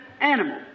animal